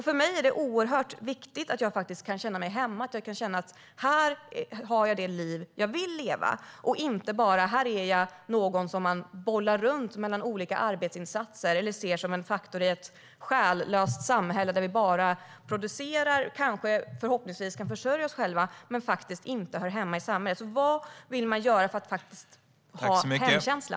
För mig är det oerhört viktigt att jag känner mig hemma här, att jag har det liv jag vill leva och att jag inte bara är någon som man bollar runt mellan olika arbetsinsatser eller ser som en faktor i ett själlöst samhälle där vi bara producerar och förhoppningsvis kanske kan försörja oss själva men faktiskt inte hör hemma i samhället. Vad vill man göra för att människor ska ha en hemkänsla?